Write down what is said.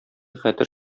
хәтер